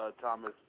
Thomas